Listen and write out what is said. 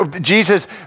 Jesus